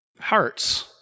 hearts